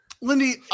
Lindy